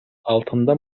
altında